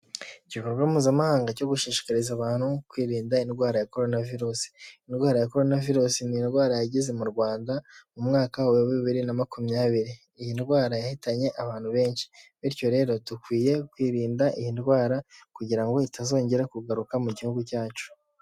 Ikikorwa mpuzamahanga cyo gushishikariza abantu kwirinda indwara ya korona virusi. Indwara ya korona virusi n' indwara yageze m'u Rwanda mu mwaka wa bibiri na makumyabiri, iyi ndwara yahitanye abantu benshi bityo rero dukwiye kwirinda iyi ndwara kugira ngo itazongera kugaruka mu gihugu cyacu.